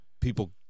people